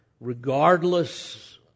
regardless